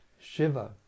Shiva